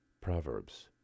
Proverbs